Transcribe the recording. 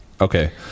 Okay